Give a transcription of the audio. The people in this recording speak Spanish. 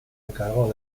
encargo